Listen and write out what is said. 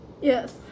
Yes